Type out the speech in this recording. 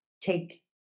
take